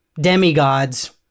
demigods